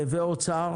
אוצר